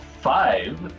five